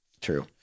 True